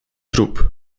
trup